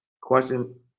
question